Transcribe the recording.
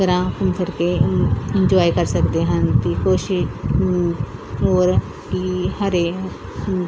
ਤਰ੍ਹਾਂ ਘੁੰਮ ਫਿਰ ਕੇ ਇੰਜੋਆਏ ਕਰ ਸਕਦੇ ਹਨ ਦੀ ਕੋਸ਼ਿਸ਼ ਹੋਰ ਕਿ ਹਰ